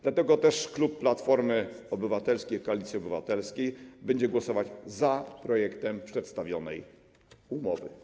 Dlatego też klub Platforma Obywatelska - Koalicja Obywatelska będzie głosować za projektem przedstawionej umowy.